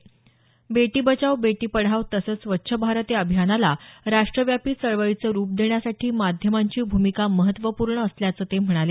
बेटी बचाओ बेटी पढाओ तसंच स्वच्छ भारत या अभियानाला राष्ट्रव्यापी चळवळीचं रुप देण्यासाठी माध्यमांची भूमिका महत्त्वपूर्ण असल्याचं ते म्हणाले